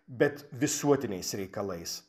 bet visuotiniais reikalais